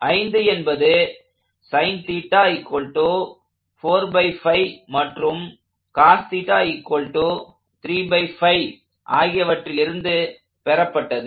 5 என்பது மற்றும் ஆகியவற்றில் இருந்து பெறப்பட்டது